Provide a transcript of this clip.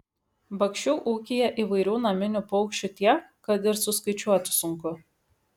bakšių ūkyje įvairių naminių paukščių tiek kad ir suskaičiuoti sunku